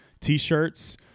t-shirts